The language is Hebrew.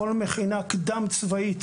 כל מכינה קדם צבאית,